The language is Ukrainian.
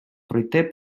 пройти